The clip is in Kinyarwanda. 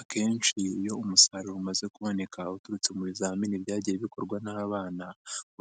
Akenshi iyo umusaruro umaze kuboneka uturutse mu bizamini byagiye bikorwa n'abana,